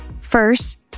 First